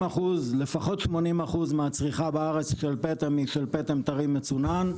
ולפחות 80% מהצריכה בארץ של פטם היא של פטם טרי מצונן.